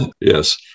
Yes